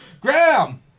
Graham